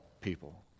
people